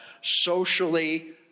socially